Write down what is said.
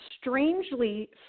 strangely